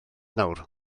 nawr